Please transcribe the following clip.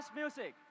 music